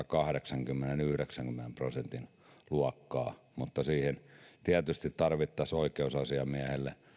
kahdeksankymmenen viiva yhdeksänkymmenen prosentin luokkaa mutta siihen tietysti tarvittaisiin oikeusasiamiehelle